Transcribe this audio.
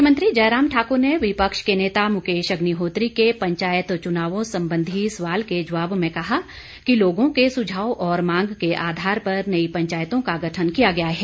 मुख्यमंत्री जयराम ठाकुर ने विपक्ष के नेता मुकेश अग्निहोत्री के पंचायत चुनावों संबंधी सवाल के जवाब में कहा कि लोगों के सुझाव और मांग के आधार पर नई पंचायतों का गठन किया गया है